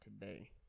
today